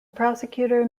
prosecutor